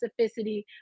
specificity